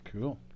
cool